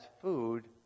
food